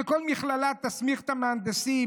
שכל מכללה תסמיך את המהנדסים,